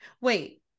wait